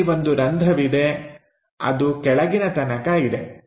ಅಲ್ಲಿ ಒಂದು ರಂಧ್ರವಿದೆ ಅದು ಕೆಳಗಿನ ತನಕ ಇದೆ